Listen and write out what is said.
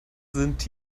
sind